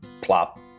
plop